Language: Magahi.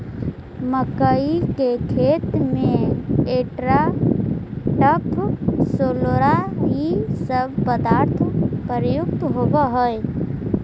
मक्कइ के खेत में एट्राटाफ, सोलोरा इ सब पदार्थ प्रयुक्त होवऽ हई